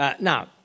now